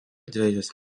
dvejus